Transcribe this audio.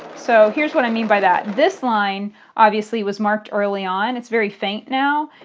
so here's what i mean by that. this line obviously was marked early on it's very faint now.